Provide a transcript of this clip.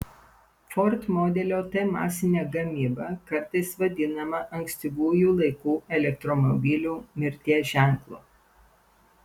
ford modelio t masinė gamyba kartais vadinama ankstyvųjų laikų elektromobilių mirties ženklu